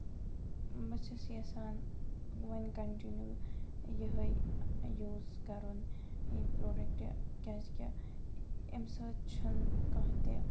بہٕ چھَس یِژھان وۄنۍ کَنٹِنیو یہِ یِہوے یوٗز کَرُن یہِ پروڈکٹ کیازِ کہِ اَمہِ سۭتۍ چھنہٕ کانہہ تہِ